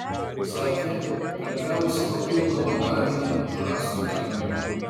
sakė kad gavusi papildomą davinį už rąstų tampymą